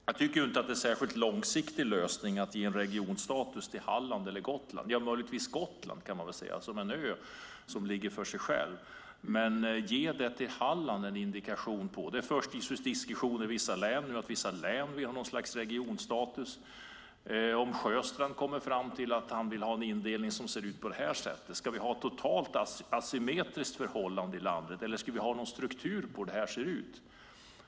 Jag tycker inte att det är någon särskilt långsiktig lösning att ge regionstatus till Halland eller Gotland. Möjligtvis kan man tänka sig Gotland, som är en ö som ligger för sig själv. Men det är inte långsiktigt att ge en sådan indikation till Halland. Det förs diskussioner i vissa län nu om att de vill ha någon sorts regionstatus. Jag undrar om Sjöstrand kommer fram till att han vill ha en indelning som ser ut på det här sättet. Ska vi ha ett totalt asymmetriskt förhållande i landet, eller ska vi ha någon struktur på hur det ser ut?